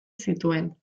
zituen